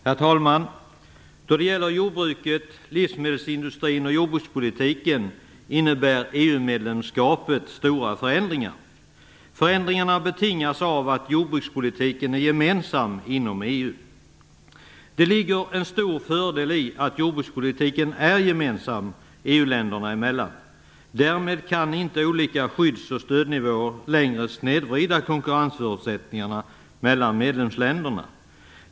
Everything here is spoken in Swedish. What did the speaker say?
Herr talman! Då det gäller jordbruket, livsmedelsindustrin och jordbrukspolitiken innebär EU medlemskapet stora förändringar. Förändringarna betingas av att jordbrukspolitiken är gemensam inom Det ligger en stor fördel i att jordbrukspolitiken är gemensam EU-länderna emellan. Därmed kan inte olika skydds och stödnivåer längre snedvrida konkurrensförutsättningarna mellan medlemsländerna.